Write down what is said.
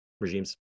regimes